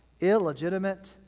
illegitimate